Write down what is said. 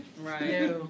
Right